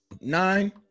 nine